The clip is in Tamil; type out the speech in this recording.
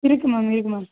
இருக்கு மேம் இருக்கு மேம்